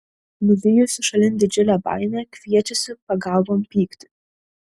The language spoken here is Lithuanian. nuvijusi šalin didžiulę baimę kviečiasi pagalbon pyktį